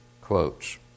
quotes